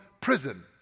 prison